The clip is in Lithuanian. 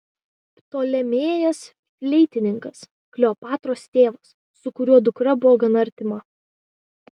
ptolemėjas fleitininkas kleopatros tėvas su kuriuo dukra buvo gana artima